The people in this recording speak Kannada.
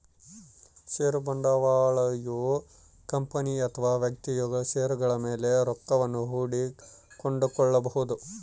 ಷೇರು ಬಂಡವಾಳಯು ಕಂಪನಿ ಅಥವಾ ವ್ಯಕ್ತಿಗಳು ಷೇರುಗಳ ಮೇಲೆ ರೊಕ್ಕವನ್ನು ಹೂಡಿ ಕೊಂಡುಕೊಳ್ಳಬೊದು